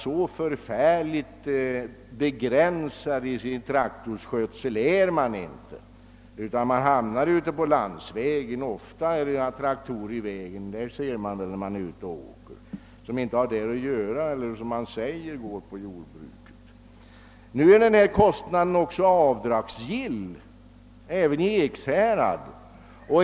Så förfärligt begränsad i sin traktorkörning är man inte, att man inte hamnar ute på landsvägen. Man ser ofta på landsvägen traktorer som inte har där att göra och som sägs höra till jordbruket. Kostnaden är också avdragsgill — även i Ekshärad.